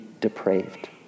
depraved